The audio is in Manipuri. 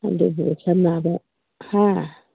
ꯑꯗꯨꯕꯨ ꯁꯥꯟꯅꯕ ꯍꯥ